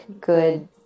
good